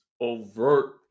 overt